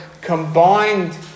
combined